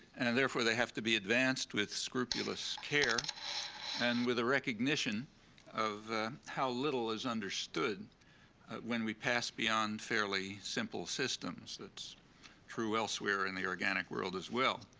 and therefore, they have to be advanced with scrupulous care and with a recognition of how little is understood when we pass beyond fairly simple systems. that's true elsewhere in the organic world as well.